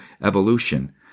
evolution